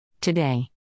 Today